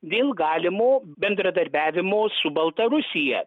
dėl galimo bendradarbiavimo su baltarusija